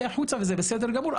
מספיק, צאי החוצה, וזה בסדר גמור.